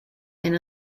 and